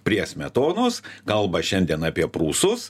prie smetonos kalba šiandien apie prūsus